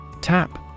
Tap